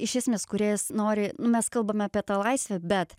iš esmės kūrėjas nori nu mes kalbame apie tą laisvę bet